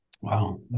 Wow